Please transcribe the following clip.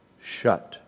shut